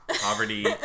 Poverty